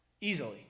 Easily